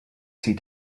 see